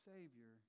Savior